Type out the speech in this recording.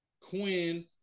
Quinn